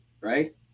right